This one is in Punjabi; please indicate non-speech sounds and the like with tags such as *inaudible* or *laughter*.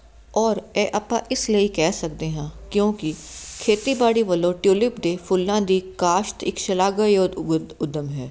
ਔਰ ਇਹ ਆਪਾਂ ਇਸ ਲਈ ਕਹਿ ਸਕਦੇ ਹਾਂ ਕਿਉਂਕਿ ਖੇਤੀਬਾੜੀ ਵੱਲੋਂ ਟਿਉਲਿਪ ਦੇ ਫੁੱਲਾਂ ਦੀ ਕਾਸ਼ਤ ਇੱਕ ਸ਼ਲਾਘਾਯੋਗ *unintelligible* ਉੱਦਮ ਹੈ